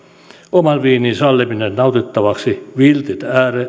oman viinin salliminen nautittavaksi viltin